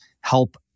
help